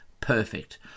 Perfect